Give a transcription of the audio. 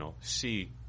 see –